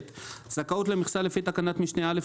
זכאות למכסה לפי תקנת משנה (א),